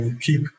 keep